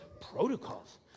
protocols